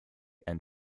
and